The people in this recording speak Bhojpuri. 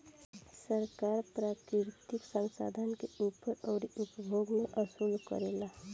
सरकार प्राकृतिक संसाधन के ऊपर अउरी उपभोग मे वसूली करेला